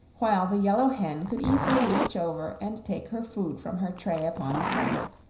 while the yellow hen could easily reach over and take her food from her tray upon the table.